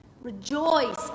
Rejoice